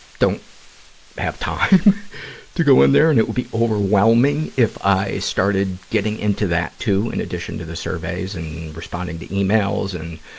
don't have time to go in there, and it would be overwhelming if i started getting into that, too, in addition to the surveys and responding to emails and,